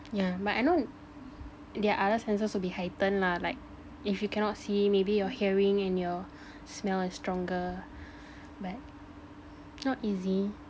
yeah but I know their other senses will be heightened lah like if you cannot see maybe your hearing and your smell are stronger but it's not easy